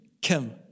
Kim